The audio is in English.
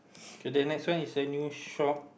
to the next one is a new shop